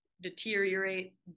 deteriorate